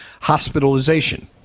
hospitalization